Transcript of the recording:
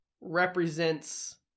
represents